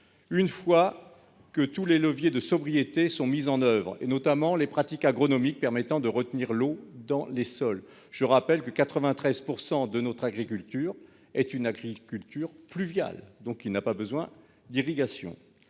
une fois que tous les leviers de sobriété ont été mis en oeuvre, notamment les pratiques agronomiques permettant de retenir l'eau dans les sols. Je rappelle que 93 % de notre agriculture est une agriculture pluviale, qui n'a donc pas besoin d'irrigation.